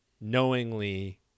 knowingly